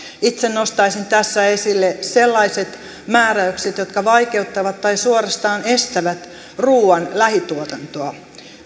itse nostaisin tässä esille sellaiset määräykset jotka vaikeuttavat tai suorastaan estävät ruuan lähituotantoa